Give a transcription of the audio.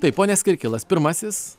taip pones kirkilas pirmasis